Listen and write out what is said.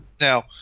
Now